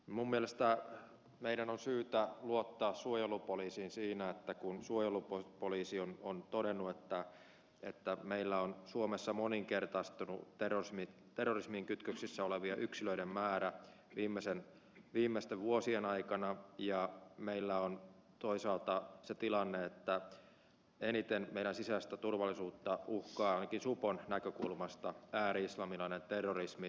minun mielestäni meidän on syytä luottaa suojelupoliisiin siinä kun suojelupoliisi on todennut että meillä on suomessa moninkertaistunut terrorismiin kytköksissä olevien yksilöiden määrä viimeisten vuosien aikana ja meillä on toisaalta se tilanne että eniten meidän sisäistä turvallisuutta uhkaa ainakin supon näkökulmasta ääri islamilainen terrorismi